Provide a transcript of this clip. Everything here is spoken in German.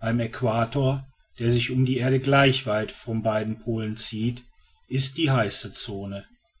beim äquator der sich um die ganze erde gleich weit von beiden polen zieht ist die heiße zone